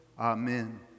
amen